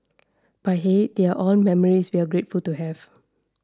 but hey they are all memories we're grateful to have